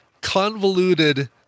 convoluted